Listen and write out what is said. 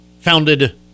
founded